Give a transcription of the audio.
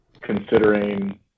considering